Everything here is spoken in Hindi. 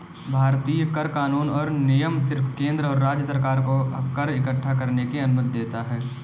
भारतीय कर कानून और नियम सिर्फ केंद्र और राज्य सरकार को कर इक्कठा करने की अनुमति देता है